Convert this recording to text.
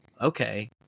okay